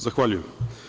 Zahvaljujem.